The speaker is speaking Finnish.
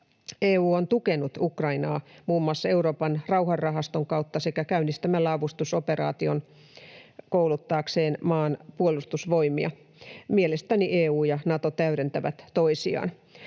EU on tukenut Ukrainaa muun muassa Euroopan rauhanrahaston kautta sekä käynnistämällä avustusoperaation kouluttaakseen maan puolustusvoimia. Mielestäni EU ja Nato täydentävät toisiaan.